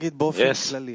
Yes